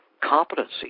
competency